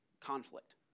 conflict